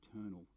eternal